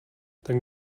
ten